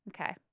Okay